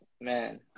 man